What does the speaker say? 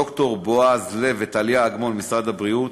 לד"ר בועז לב וטליה אגמון ממשרד הבריאות,